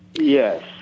Yes